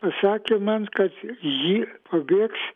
pasakė man kad ji pabėgs